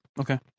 Okay